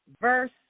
verse